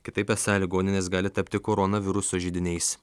kitaip esą ligoninės gali tapti koronaviruso židiniais